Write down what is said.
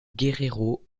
guerrero